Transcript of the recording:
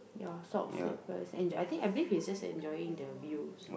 ya socks slippers and I think I believe he is just enjoying the views